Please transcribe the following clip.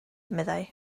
meddai